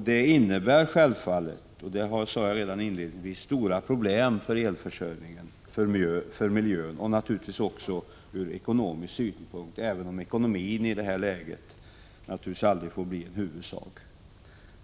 Det innebär också självfallet, vilket jag sade inledningsvis, stora problem för elförsörjningen, för miljön och naturligtvis även för ekonomin, även om ekonomin i detta läge naturligtvis aldrig får bli en huvudfråga.